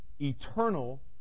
eternal